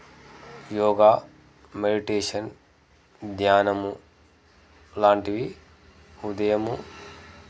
yoga meditation ధ్యానము లాంటివి ఉదయము